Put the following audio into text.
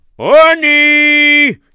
Honey